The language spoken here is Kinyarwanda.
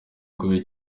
kubera